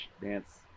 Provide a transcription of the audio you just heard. dance